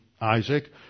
Isaac